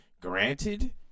Granted